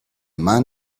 man